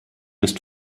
ist